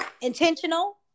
intentional